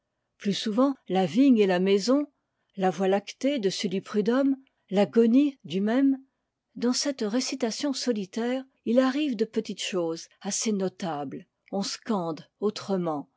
plus souvent la vigne et la maison la voie lactée de sully prudhomme l'agonie du même dans cette récitation solitaire il arrive de petites choses assez notables on scande autrement